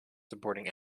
supporting